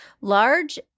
Large